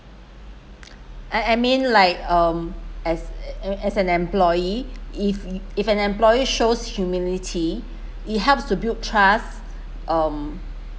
I I mean like um as as an employee if if an employee shows humility it helps to build trust um